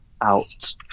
Out